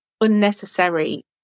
unnecessary